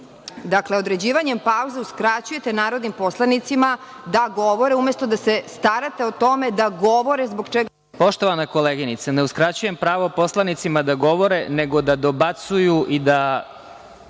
Dakle, određivanjem pauze, uskraćujete narodnim poslanicima da govore, umesto da se starate o tome da govore... **Vladimir Marinković** Poštovana koleginice, ne uskraćujem pravo poslanicima da govore, nego da dobacuju i